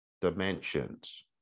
dimensions